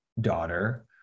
daughter